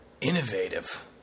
innovative